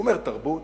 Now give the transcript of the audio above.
הוא אומר: תרבות,